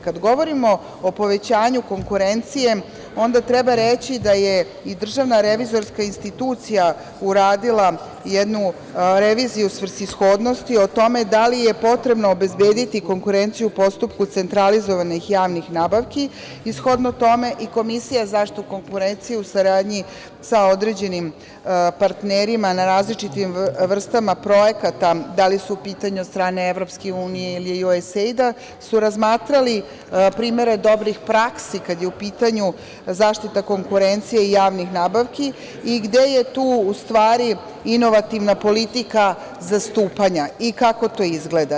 Kada govorimo o povećanju konkurencije, onda treba reći i da je Državna revizorska institucija uradila jednu reviziju svrsishodnosti o tome da li je potrebno obezbediti konkurenciju u postupku centralizovanih javnih nabavki i shodno tome i Komisija za zaštitu konkurencije, u saradnji sa određenim partnerima na različitim vrstama projekata, da li su u pitanju od strane EU, USAID, su razmatrali primere dobrih praksi kada je u pitanju zaštita konkurencije i javnih nabavki i gde je tu, u stvari, inovativna politika zastupanja i kako to izgleda.